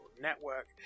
network